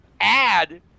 add